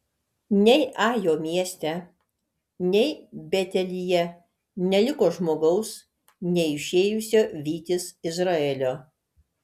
nei ajo mieste nei betelyje neliko žmogaus neišėjusio vytis izraelio